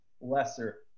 lesser